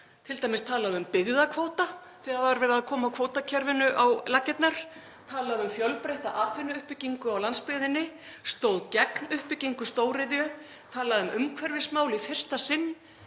t.d. talaði um byggðakvóta þegar var verið að koma kvótakerfinu á laggirnar, talaði um fjölbreytta atvinnuuppbyggingu á landsbyggðinni, stóð gegn uppbyggingu stóriðju, talaði um umhverfismál í fyrsta sinn,